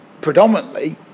predominantly